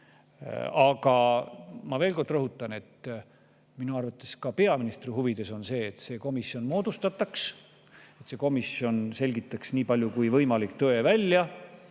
Aga ma veel kord rõhutan: minu arvates on ka peaministri huvides see, et see komisjon moodustataks ja see komisjon selgitaks nii palju kui võimalik välja